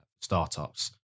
startups